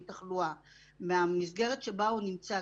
עם תחלואה מהמסגרת שבה הוא נמצא,